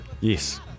Yes